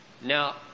Now